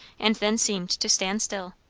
and then seemed to stand still.